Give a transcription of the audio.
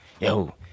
Yo